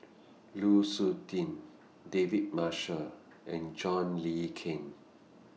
Lu Suitin David Marshall and John Le Cain